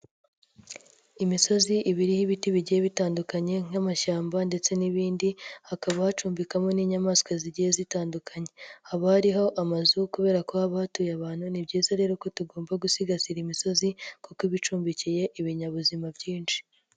Imisozi ibi iriho y'ibiti bigiye bitandukanye nk'amashyamba ndetse n'ibindi, hakaba hacumbikamo n'inyamaswa zigiye zitandukanye, habariho amazu kubera ko haba hatuye abantu, ni byiza rero ko tugomba gusigasira imisozi kuko ibicumbikiye ibinyabuzima byinshi.